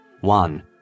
One